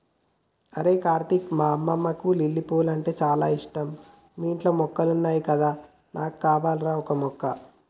అరేయ్ కార్తీక్ మా అమ్మకు లిల్లీ పూలంటే చాల ఇష్టం మీ ఇంట్లో మొక్కలున్నాయి కదా నాకు కావాల్రా ఓక మొక్క